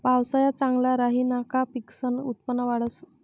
पावसाया चांगला राहिना का पिकसनं उत्पन्न वाढंस